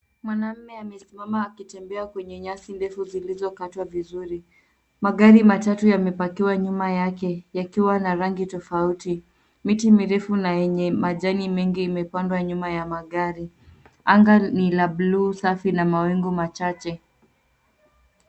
Mwanaume amesimama akitembea kwenye nyasi ndefu zilizokatwa vizuri. Magari matatu yamepakiwa nyuma yake yakiwa na rangi tofauti. Miti mirefu na yenye majani mengi imepandwa nyuma ya magari. Anga ni la bluu, safi na mawingu machache.